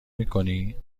میکنی